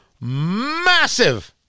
Massive